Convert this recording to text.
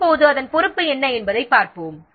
இப்போது அதன் பொறுப்பு என்ன என்பதைப் பார்ப்போம்